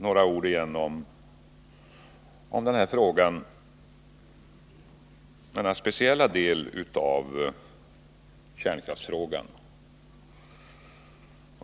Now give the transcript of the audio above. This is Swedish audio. Några ord igen om denna speciella del av kärnkraftsfrågan.